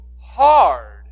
hard